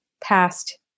past